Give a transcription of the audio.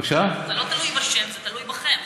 זה לא תלוי בהשם, זה תלוי בכם.